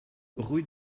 rue